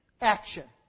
action